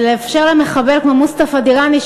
ולאפשר למחבל כמו מוסטפא דיראני,